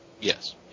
Yes